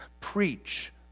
preach